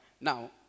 Now